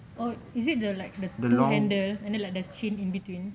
oh is it the like the two handle and then there's a chain in between